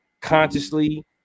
Consciously